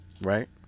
right